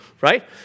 right